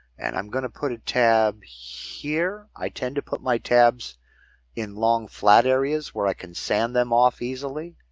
and i'm going to put a tab here. i tend to put my tabs in long, flat areas so i can sand them off easily.